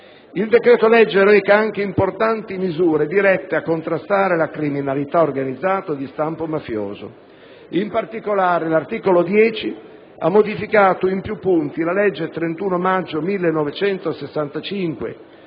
al nostro esame reca anche importanti misure dirette a contrastare la criminalità organizzata di stampo mafioso; in particolare, l'articolo 10 ha modificato in più punti la legge 31 maggio 1965,